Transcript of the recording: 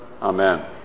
Amen